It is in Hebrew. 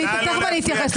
תיכף אני אתייחס לזה